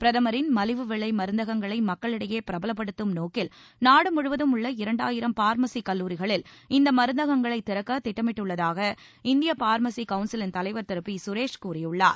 பிரதமரின் மலிவு விலை மருந்தகங்களை மக்களிடையே பிரபலப்படுத்தும் நோக்கில் நாடு முழுவதும் உள்ள இரண்டாயிரம் பார்மஸி கல்லூரிகளில் இந்த மருந்தகங்களைத் திறக்க திட்டமிட்டுள்ளதாக இந்திய பார்மஸி கவுன்சிலின் தலைவர் திரு பி சுரேஷ் கூறியுள்ளார்